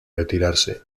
retirarse